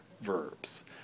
verbs